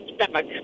stomach